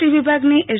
T વિભાગની S